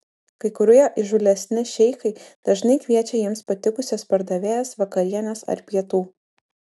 kai kurie įžūlesni šeichai dažnai kviečia jiems patikusias pardavėjas vakarienės ar pietų